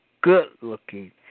good-looking